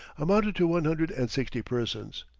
amounted to one hundred and sixty persons.